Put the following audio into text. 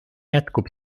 jätkub